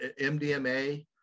MDMA